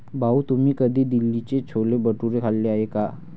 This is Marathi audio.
भाऊ, तुम्ही कधी दिल्लीचे छोले भटुरे खाल्ले आहेत का?